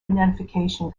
identification